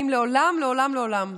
אם זה לא קרה מעולם מעולם מעולם.